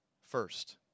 first